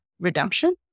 redemption